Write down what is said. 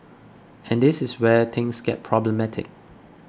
and this is where things get problematic